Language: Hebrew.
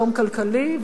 שלום כלכלי,